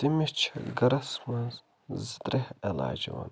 تٔمِس چھِ گَرس منٛز زٕ ترٛےٚ علاج یِوان